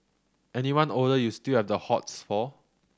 anyone older you still have the hots for